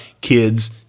kids